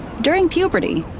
during puberty,